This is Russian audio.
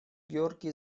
георгий